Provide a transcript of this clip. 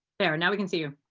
yeah and we can see you.